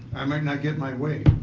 i might not get my way.